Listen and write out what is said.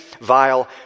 vile